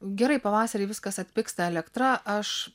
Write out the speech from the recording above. gerai pavasarį viskas atpigs elektra aš